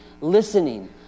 listening